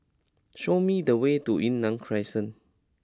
show me the way to Yunnan Crescent